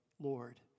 Lord